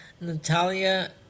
Natalia